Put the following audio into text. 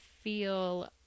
feel